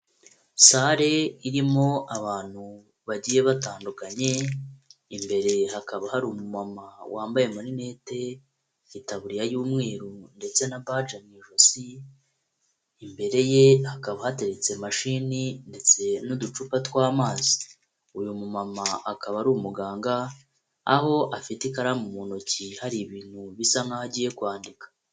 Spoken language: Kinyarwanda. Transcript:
Sale irimo abantu bagiye batandukanye , imbere hakaba hari umu mama wambaye amalinete, itaburiya y'umweru ndetse na baje mu ijosi, imbere ye hakaba hateretse imashini ndetse n'uducupa tw'amazi, uyu mu mama akaba ari umuganga aho afite ikaramu mu ntoki hari ibintu bisa nkaho agiye kwandika.